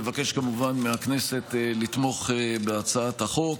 אני מבקש כמובן מהכנסת לתמוך בהצעת החוק,